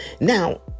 Now